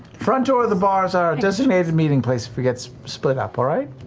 front door of the bar's our designated meeting place if we get split up, all right?